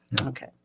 Okay